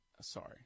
sorry